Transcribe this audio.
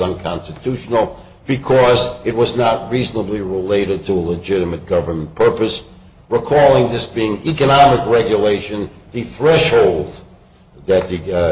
unconstitutional because it was not reasonably related to a legitimate government purpose recalling just being economic regulation the threshold